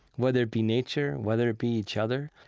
whether it be nature, whether it be each other.